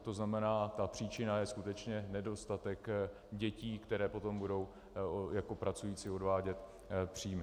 To znamená, příčina je skutečně nedostatek dětí, které potom budou jako pracující odvádět příjmy.